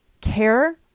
care